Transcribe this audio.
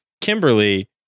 Kimberly